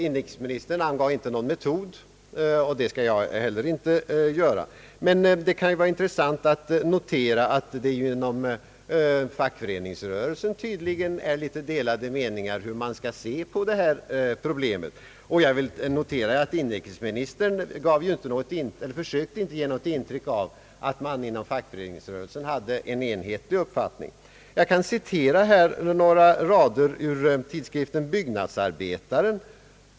Inrikesministern angav inte någon metod, och det skall jag inte heller göra. Det kan emellertid vara intressant att notera att man inom fackföreningsrörelsen tydligen har delade meningar om hur man skall se på detta problem. Jag konstaterar också att inrikesministern inte försökte ge intryck av att man inom fackföreningsrörelsen hade en enhetlig uppfattning. Jag kan citera några rader ur en artikel i tidskriften Byggnadsarbetaren.